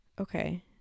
Okay